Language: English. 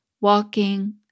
walking